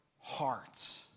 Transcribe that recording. hearts